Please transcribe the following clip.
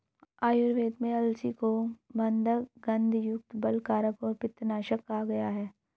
आयुर्वेद में अलसी को मन्दगंधयुक्त, बलकारक और पित्तनाशक कहा गया है